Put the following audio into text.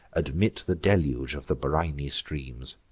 admit the deluge of the briny streams.